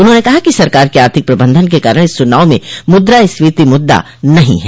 उन्होंने कहा कि सरकार के आर्थिक प्रबंधन के कारण इस चुनाव में मुद्रास्फीति मुद्दा नहीं है